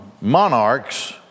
monarchs